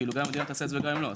גם אם המדינה תעשה את זה וגם אם לא.